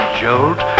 jolt